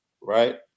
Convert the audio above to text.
Right